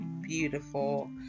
beautiful